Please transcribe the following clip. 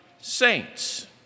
saints